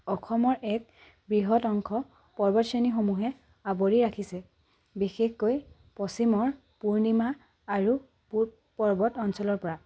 অসমৰ এক বৃহৎ অংশ পৰ্বতশ্ৰেণীসমূহে আৱৰি ৰাখিছে বিশেষকৈ পশ্চিমৰ পূৰ্ণিমা আৰু পূৱ পৰ্বত অঞ্চলৰ পৰা